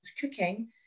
cooking